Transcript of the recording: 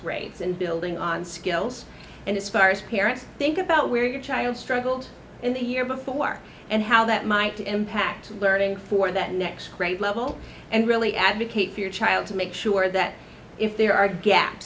grades and building on skills and as far as parents think about where your child struggled in the year before and how that might impact learning for that next grade level and really advocate for your child to make sure that if there are